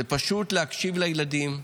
זה פשוט להקשיב לילדים.